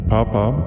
Papa